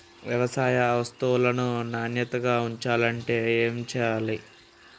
వ్యవసాయ వస్తువులను నాణ్యతగా ఉంచాలంటే ఏమి చెయ్యాలే?